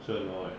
sure or not